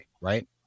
right